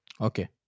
Okay